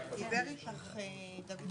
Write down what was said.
גיוס חוב האשראי, בקשות לדיון